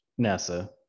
NASA